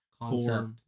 concept